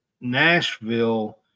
Nashville